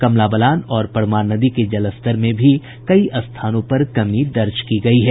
कमला बलान और परमान नदी के जलस्तर में भी कई स्थानों पर कमी दर्ज की गयी है